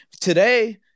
today